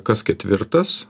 kas ketvirtas